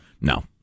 No